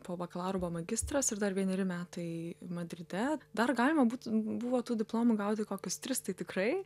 po bakalauro buvo magistras ir dar vieneri metai madride dar galima būtų buvo tų diplomų gauti kokius tris tai tikrai